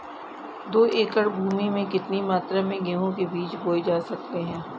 दो एकड़ भूमि में कितनी मात्रा में गेहूँ के बीज बोये जा सकते हैं?